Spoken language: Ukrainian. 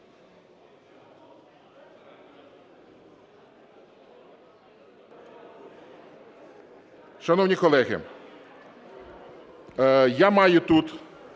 Шановні колеги, я маю тут